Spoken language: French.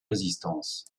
résistance